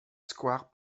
square